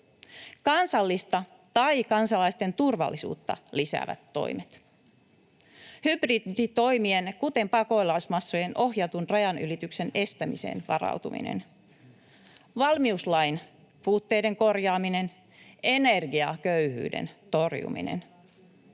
kansallista tai kansalaisten turvallisuutta lisäävät toimet, hybriditoimien kuten pakolaismassojen ohjatun rajanylityksen estämiseen varautuminen, valmiuslain puutteiden korjaaminen, energiaköyhyyden torjuminen